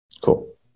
cool